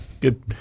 good